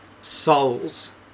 souls